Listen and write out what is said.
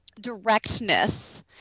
directness